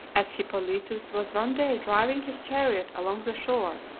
as hippolytus was one day driving his chariot along the shore,